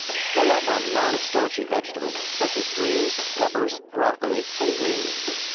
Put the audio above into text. fill up on non-starchy vegetables, such as greens, peppers, broccoli, and green beans.